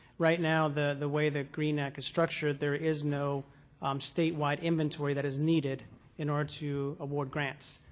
right now, the the way the green act is structured, there is no statewide inventory that is needed in order to award grants.